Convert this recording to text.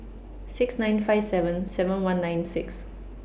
six nine five seven seven one nine six